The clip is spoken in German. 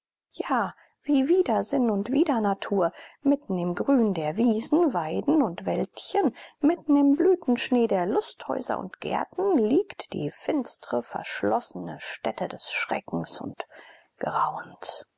ja wie widersinn und widernatur mitten im grün der wiesen weiden und wäldchen mitten im blütenschnee der lusthäuser und gärten liegt die finstre verschlossene stätte des schreckens und grauens